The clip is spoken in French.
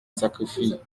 sacrifie